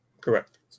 Correct